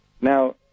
now